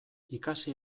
ikasi